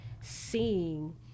seeing